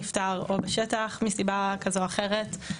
נפטר או בשטח מסיבה כזו או אחרת,